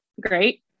great